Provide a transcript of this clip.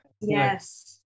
yes